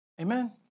Amen